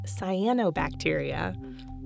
cyanobacteria